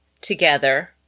together